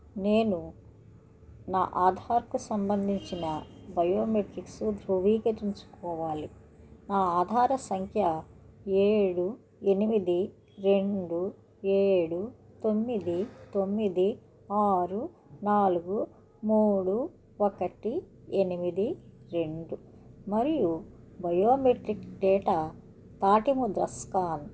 నేను నా ఆధార్కు సంబంధించిన బయోమెట్రిక్సు ధృవీకరించుకోవాలి నా ఆధార్ సంఖ్య ఏడు ఎనిమిది రెండు ఏడు తొమ్మిది తొమ్మిది ఆరు నాలుగు మూడు ఒకటి ఎనిమిది రెండు మరియు బయోమెట్రిక్ డేటా తాటి ముద్ర స్కాన్